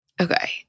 Okay